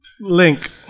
link